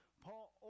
Paul